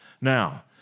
Now